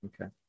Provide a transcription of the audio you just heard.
Okay